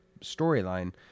storyline